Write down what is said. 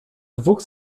dwóch